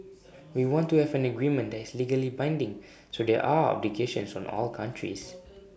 we want to have an agreement that is legally binding so there are obligations on all countries